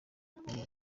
kuri